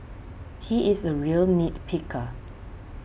he is a real nit picker